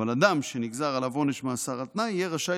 אבל אדם שנגזר עליו עונש מאסר על תנאי יהיה רשאי